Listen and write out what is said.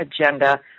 agenda